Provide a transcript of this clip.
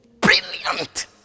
brilliant